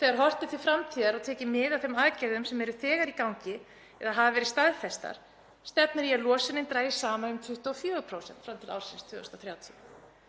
Þegar horft er til framtíðar og tekið mið af þeim aðgerðum sem eru þegar í gangi eða hafa verið staðfestar stefnir í að losunin dragist saman um 24% fram til ársins 2030,